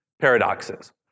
Paradoxes